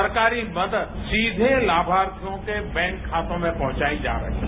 सरकारी मदद सीवे लाभार्थियों के बैंक खातों में पहंचाई जा रही है